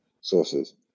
sources